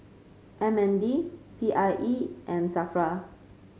M N D P I E and Safra